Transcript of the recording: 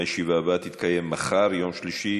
הישיבה הבאה תתקיים מחר, יום שלישי,